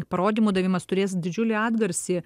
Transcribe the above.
parodymų davimas turės didžiulį atgarsį